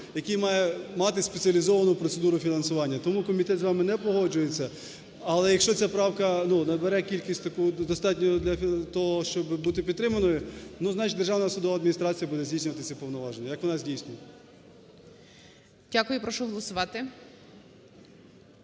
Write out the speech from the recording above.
який має мати спеціалізовану процедуру фінансування. Тому комітет з вами не погоджується, але якщо ця правка набере кількість таку достатню для того, щоби бути підтриманою, значить, Державна судова адміністрація буде здійснювати ці повноваження,